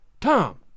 Tom